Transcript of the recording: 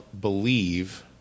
believe